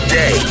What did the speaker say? day